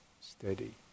steady